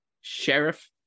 Sheriff